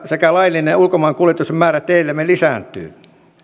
sekä laillinen ulkomaankuljetusten määrä teillämme lisääntyy